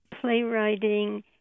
Playwriting